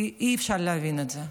כי אי-אפשר להבין את זה.